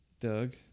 Doug